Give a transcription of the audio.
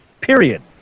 period